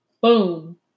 Boom